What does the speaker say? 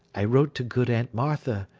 i wrote to good aunt martha,